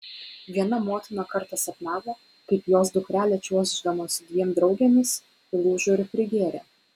viena motina kartą sapnavo kaip jos dukrelė čiuoždama su dviem draugėmis įlūžo ir prigėrė